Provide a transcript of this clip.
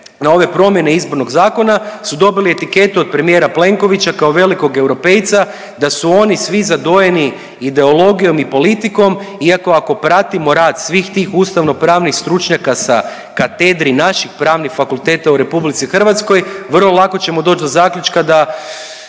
na ove promjene izbornog zakona su dobili etiketu od premijera Plenkovića kao velikog europejca da su oni svi zadojeni ideologijom i politikom iako ako pratimo rad svih tih ustavnopravnih stručnjaka sa katedri naših pravnih fakulteta u RH vrlo lako ćemo doć do zaključka da